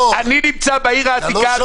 אני נמצא בעיר העתיקה,